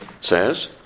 says